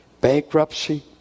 Bankruptcy